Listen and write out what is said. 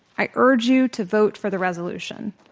i urge you to vote for the resolution.